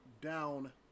down